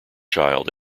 child